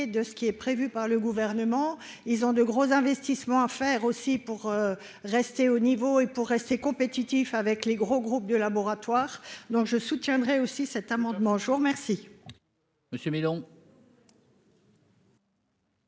de ce qui est prévu par le gouvernement, ils ont de gros investissements à faire aussi pour rester au niveau, et pour rester compétitif avec les gros groupes de laboratoire, donc je soutiendrai aussi cet amendement, je vous remercie.